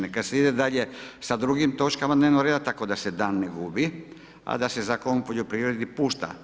Neka se i de sa drugim točkama dnevnoga reda tako da se dan ne gubi, a da se Zakon o poljoprivredi pušta.